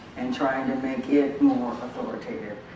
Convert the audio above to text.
and trying to make it more authoritative.